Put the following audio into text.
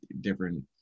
different